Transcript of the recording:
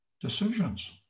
decisions